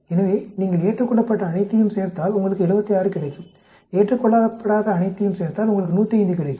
எனவே நீங்கள் ஏற்றுக்கொள்ளப்பட்ட அனைத்தையும் சேர்த்தால் உங்களுக்கு 76 கிடைக்கும் ஏற்றுக்கொள்ளப்படாத அனைத்தையும் சேர்த்தால் உங்களுக்கு 105 கிடைக்கும்